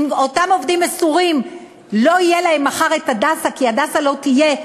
אם אותם עובדים מסורים לא יהיה להם מחר "הדסה" כי "הדסה" לא יהיה,